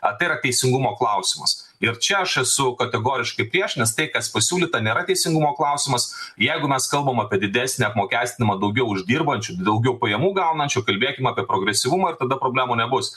ar tai yra teisingumo klausimus ir čia aš esu kategoriškai prieš nes tai kas pasiūlyta nėra teisingumo klausimas jeigu mes kalbam apie didesnį apmokestinimą daugiau uždirbančių daugiau pajamų gaunančių kalbėkim apie progresyvumą ir tada problemų nebus